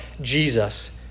Jesus